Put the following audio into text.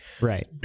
right